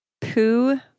poo